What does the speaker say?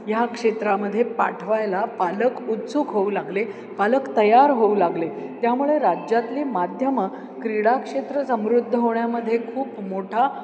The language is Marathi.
ह्या क्षेत्रामध्ये पाठवायला पालक उत्सुक होऊ लागले पालक तयार होऊ लागले त्यामुळे राज्यातली माध्यमं क्रीडा क्षेत्र समृद्ध होण्यामध्ये खूप मोठा